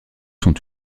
sont